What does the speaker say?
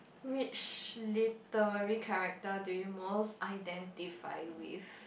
which literary character do you most identify with